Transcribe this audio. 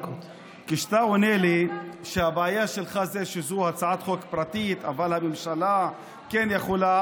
כשאתה עונה לי שהבעיה שלך זה שזו הצעת חוק פרטית אבל הממשלה כן יכולה,